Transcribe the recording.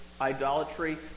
Idolatry